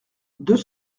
deux